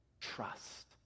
trust